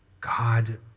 God